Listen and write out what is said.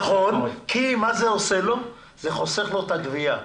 נכון, כי זה חוסך לו את הגבייה.